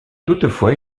toutefois